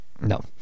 No